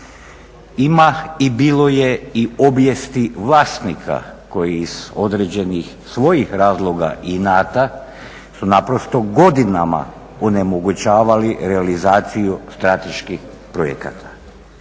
Ima i bilo je i obijesti vlasnika koji iz određenih svojih razloga i inata su naprosto godinama onemogućavali realizaciju strateških projekata.